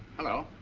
hello.